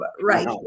Right